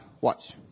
watch